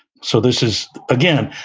so this is, again,